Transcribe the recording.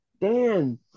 dan